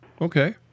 Okay